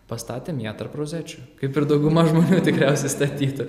pastatėme ją tarp rozečių kaip ir dauguma žmonių tikriausiai statytų